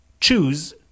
choose